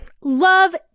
Love